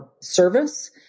service